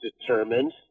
determined